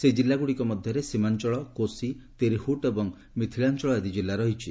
ସେହି ଜିଲ୍ଲାଗୁଡ଼ିକ ମଧ୍ୟରେ ସୀମାଞ୍ଚଳ କୋଶି ତିର୍ହୁଟ୍ ଏବଂ ମିଥିଳାଞ୍ଚଳ ଆଦି ଜିଲ୍ଲା ରହିଛି